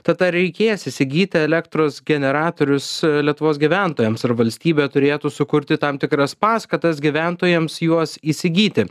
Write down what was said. tad ar reikės įsigyti elektros generatorius lietuvos gyventojams ar valstybė turėtų sukurti tam tikras paskatas gyventojams juos įsigyti